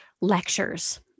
lectures